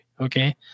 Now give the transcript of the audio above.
okay